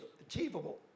achievable